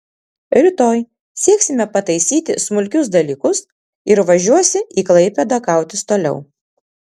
rytoj sieksime pataisyti smulkius dalykus ir važiuosi į klaipėdą kautis toliau